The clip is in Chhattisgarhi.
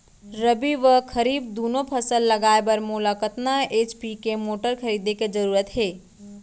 रबि व खरीफ दुनो फसल लगाए बर मोला कतना एच.पी के मोटर खरीदे के जरूरत हे?